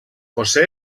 josé